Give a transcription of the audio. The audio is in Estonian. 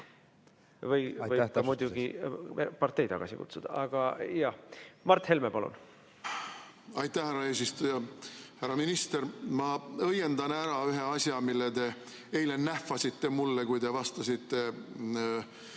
Võib muidugi partei ka tagasi kutsuda. Mart Helme, palun! Aitäh, härra eesistuja! Härra minister! Ma õiendan ära ühe asja, mida te eile nähvasite mulle, kui te vastasite